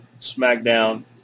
SmackDown